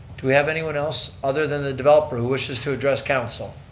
do we have anyone else other than the developer who wishes to address council?